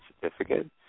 certificate